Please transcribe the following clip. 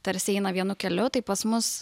tarsi eina vienu keliu tai pas mus